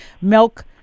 milk